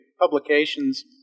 publications